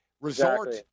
resort